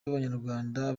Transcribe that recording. b’abanyarwanda